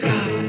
God